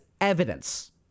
evidence